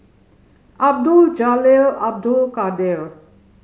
Abdul Jalil Abdul Kadir